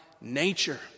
nature